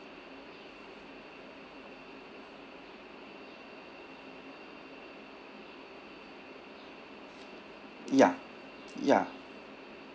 ya ya